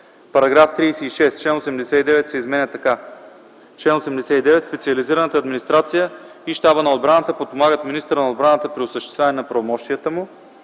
§ 36. Член 89 се изменя така: „Чл. 89. Специализираната администрация и Щабът на отбраната подпомагат министъра на отбраната при осъществяването на правомощията му.”